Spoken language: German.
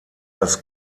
das